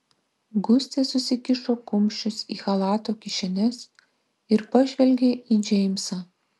gustė susikišo kumščius į chalato kišenes ir pažvelgė į džeimsą